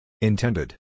Intended